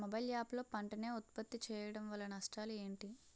Mobile app లో పంట నే ఉప్పత్తి చేయడం వల్ల నష్టాలు ఏంటి?